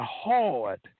hard